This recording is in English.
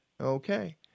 Okay